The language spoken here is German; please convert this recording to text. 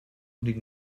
liegen